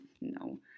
no